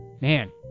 man